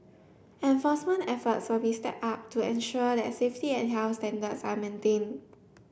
enforcement efforts will be stepped up to ensure that safety and health standards are maintained